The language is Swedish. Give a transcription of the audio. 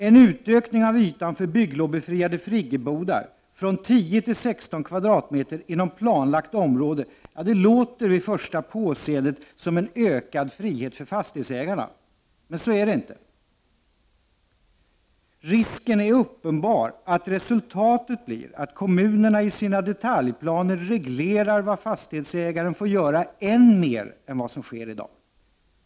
En utökning av ytan för bygglovsbefriade friggebodar från 10 till 16 kvm inom planlagt område låter vid första påseende som en ökad frihet för fastighetsägarna. Så är det inte. Risken är uppenbar att resultatet blir att kommunerna i sina detaljplaner än mer än vad som sker i dag reglerar vad fastighetsägaren får göra.